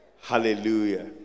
hallelujah